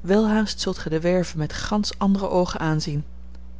welhaast zult gij de werve met gansch andere oogen aanzien